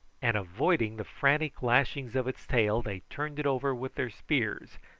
and, avoiding the frantic lashings of its tail, they turned it over with their spears,